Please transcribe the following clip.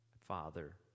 father